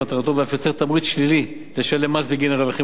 יוצר תמריץ שלילי לשלם מס בגין הרווחים הפטורים.